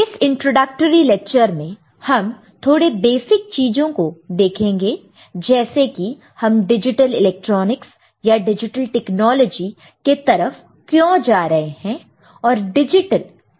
इस introductory lecture में हम थोड़े बेसिक चीजों को देखेंगे जैसे कि हम डिजिटल इलेक्ट्रॉनिक्स या डिजिटल टेक्नोलॉजी के तरफ क्यों जा रहे हैं और डिजिटल का क्या मतलब है